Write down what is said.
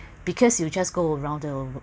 because you just go around the